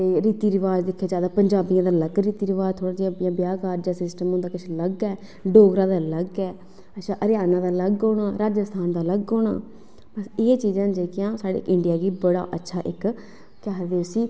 ते रीति रवाज़ दिक्खेआ जा ते पंजाबियें दे अलग रीति रवाज़ ते जेह्का ब्याह् कारज दा सिस्टम ऐ ओह् अलग ऐ डोगरें दा अलग ऐ हरियाणा दा अलग होना राजस्थान दा अलग होना एह् चीज़ां न साढ़ियां इंडिया गी इक्क केह् आक्खदे उसी